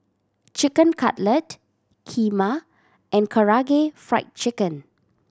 Chicken Cutlet Kheema and Karaage Fried Chicken